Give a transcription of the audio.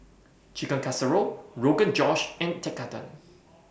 Chicken Casserole Rogan Josh and Tekkadon